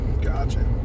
gotcha